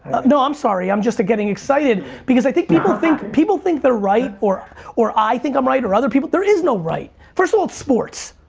no, i'm sorry, i'm just getting excited because i people think, people think they're right or or i think i'm right or other people, there is no right. first of all, it's sports.